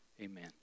Amen